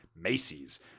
Macy's